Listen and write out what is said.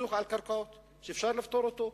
כסכסוך על קרקעות, שאפשר לפתור אותו,